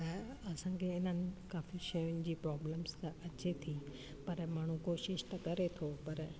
पर असांखे इन्हनि काफ़ी शयुनि जी प्रॉब्लम्स त अचे थी पर माण्हू कोशिशि त करे थो पर